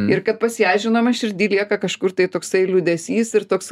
ir kad pas ją žinoma širdy lieka kažkur tai toksai liūdesys ir toks